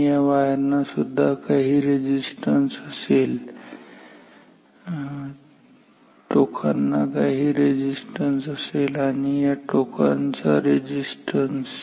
या वायरना सुद्धा काही रेझिस्टन्स असेल टोकांना काही रेझिस्टन्स असेल आणि या टोकांचा रेझिस्टन्स